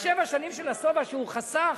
בשבע השנים של השובע שהוא חסך,